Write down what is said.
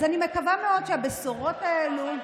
אז אני מקווה מאוד שאת הבשורות האלה נוכל,